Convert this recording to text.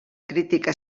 crítica